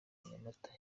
nyamata